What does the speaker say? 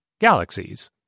galaxies